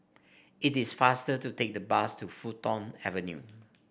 it is faster to take the bus to Fulton Avenue